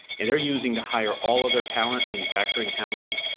and they're using to hire all of their talent, manufacturing talent,